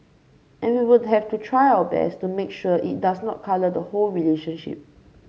and we will have to try our best to make sure it does not colour the whole relationship